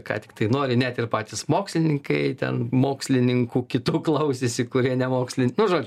ką tiktai nori net ir patys mokslininkai ten mokslininkų kitų klausėsi kurie ne mokslin nu žodžiu